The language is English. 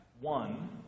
one